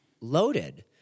loaded